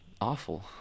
awful